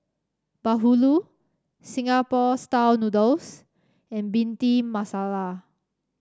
bahulu Singapore style noodles and Bhindi Masala